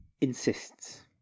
insists